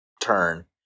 turn